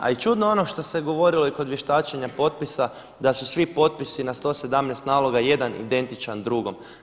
A i čudno je ono što se govorilo i kod vještačenja potpisa da su svi potpisi na 117 naloga jedan identičan drugom.